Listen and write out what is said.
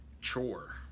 chore